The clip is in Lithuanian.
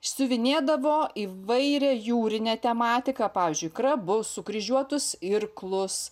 siuvinėdavo įvairią jūrinę tematiką pavyzdžiui krabus sukryžiuotus irklus